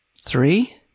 Three